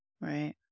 Right